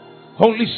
Holy